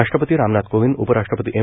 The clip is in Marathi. राष्ट्रपती रामनाथ कोविंद उपराष्ट्रपती एम